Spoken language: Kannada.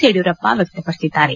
ಯಡಿಯೂರಪ್ಪ ವ್ಯಕ್ತಪಡಿಸಿದ್ದಾರೆ